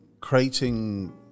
creating